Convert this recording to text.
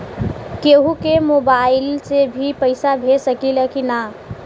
केहू के मोवाईल से भी पैसा भेज सकीला की ना?